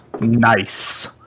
nice